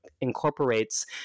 incorporates